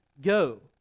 go